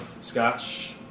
Scotch